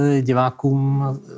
divákům